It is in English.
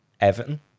Everton